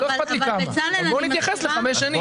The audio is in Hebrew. לא אכפת לי כמה אבל בוא נתייחס לחמש שנים.